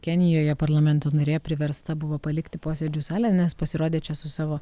kenijoje parlamento narė priversta buvo palikti posėdžių salę nes pasirodė čia su savo